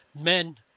men